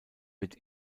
wird